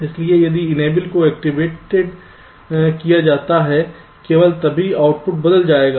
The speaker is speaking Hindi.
इसलिए यदि इनेबल को एक्टिवेटेड किया जाता है केवल तभी आउटपुट बदल जाएगा